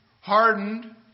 hardened